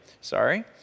Sorry